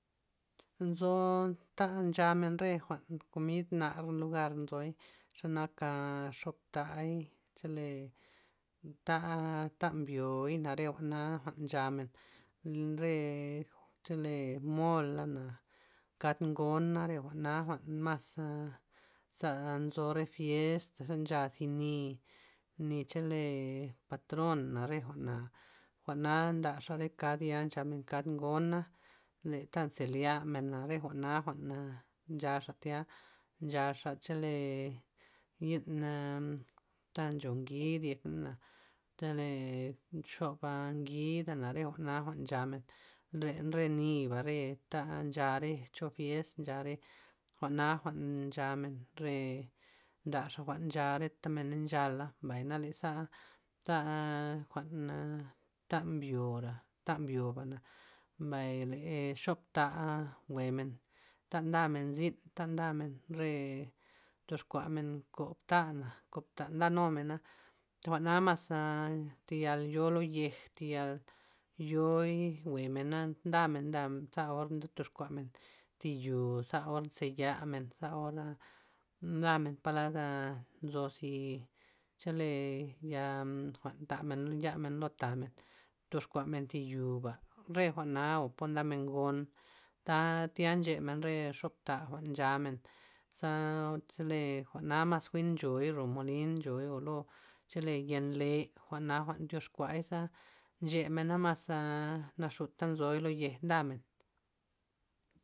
Nzo ta nchamen re jwa'n komida nar lugar nzoy xe naka xobtay chele ta ta mbyoina re jwa'na nchamen lll- re chole mola'na kad ngona re jwa'na jwa'n mas'aa za nzo re fiestaze ncha zyni', ni chole patrona re jwa'na, jwa'na ndaxa re kadya ncha men kad ngona le ta nzelyamena re jwa'na nchaxa tya nchaxa chole yi'n a ta ncho ngid yek na chole nxoba ngidana re jwa'na jwa'n nchamen len re niba re ta ncha re cho fiest nchare jwa'na jwa'n nchamen re ndaxa jwa'n ncha reta men nchala, mbay na leza ta jwa'n ta mbyoba ta mbyoba mbay le xobta jwe'men nta ndamen zyn ta ndamen re toxkuamen kob ta'na, kob ta nada numena jwa'na mas tayal yo lo yej tayal yoi jwe'mena ndamen ndamen za or nde tox kuamena nde tox kuamen thi yoza or mze lyamen za or ndamen pa lad nzo zi chole ya jwa'n tamen ya men lo tamen, toxkuamen thi yoba re jwa'na o po ndamen gon ta tya nchemena re xob taba jwa'n chamen za chole jwa'na mas jwi'n ncho'i ro molin ncho'i lo len yen le'jwa'na jwa'n ndyoxkua za nche mena mas naxunka nzo'i lo yej ndamen.